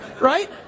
Right